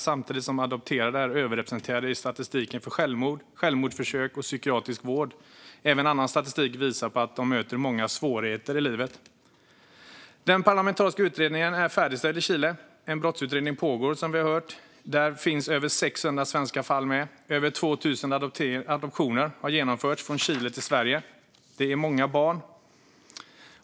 Samtidigt är adopterade överrepresenterade i statistiken för självmord, självmordsförsök och psykiatrisk vård. Även annan statistik visar att de möter många svårigheter i livet. Den parlamentariska utredningen i Chile är färdigställd, och en brottsutredning pågår som sagt. Här finns över 600 svenska fall med. Över 2 000 adoptioner har genomförts från Chile till Sverige. Det är många barn.